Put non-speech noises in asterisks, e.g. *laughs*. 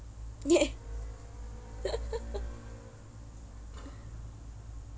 *laughs*